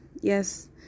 Yes